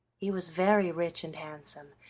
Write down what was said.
he was very rich and handsome,